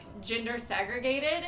gender-segregated